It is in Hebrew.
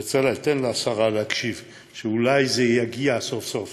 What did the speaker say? בצלאל, תן לשרה להקשיב, שאולי זה יגיע סוף-סוף